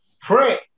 Pray